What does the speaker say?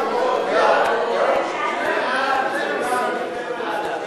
ההצעה להפוך את